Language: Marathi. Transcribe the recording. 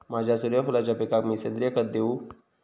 माझ्या सूर्यफुलाच्या पिकाक मी सेंद्रिय खत देवू?